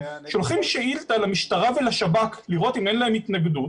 שולחים שאילתה למשטרה ולשב"כ לראות אם אין להם התנגדות